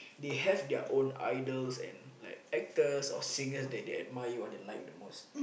they have their own idols and like actors or singers that they admire or they like the most